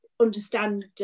understand